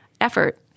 effort